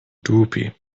droopy